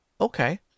okay